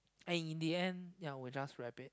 and in the end ya we just wrap it